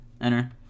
enter